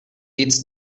its